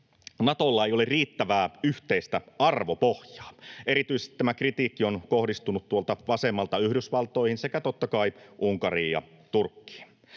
Natolla ei ole riittävää yhteistä arvopohjaa. Erityisesti tämä kritiikki on kohdistunut tuolta vasemmalta Yhdysvaltoihin sekä totta kai Unkariin ja Turkkiin.